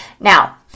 Now